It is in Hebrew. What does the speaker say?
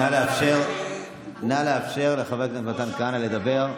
נא לאפשר לחבר הכנסת מתן כהנא לדבר.